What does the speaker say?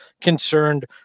concerned